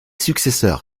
successeur